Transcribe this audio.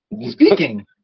Speaking